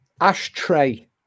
Ashtray